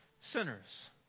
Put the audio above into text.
Sinners